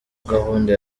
gahunda